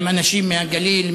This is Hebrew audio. עם אנשים מהגליל,